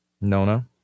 Nona